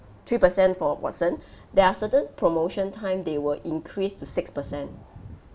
three percent for Watson there are certain promotion time they will increase to six percent